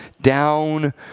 down